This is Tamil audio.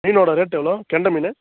மீனோட ரேட்டு எவ்வளோ கெண்டை மீன்